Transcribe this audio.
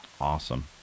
Awesome